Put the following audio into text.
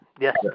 Yes